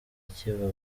akiva